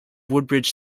woodbridge